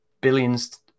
billions